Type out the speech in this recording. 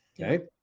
Okay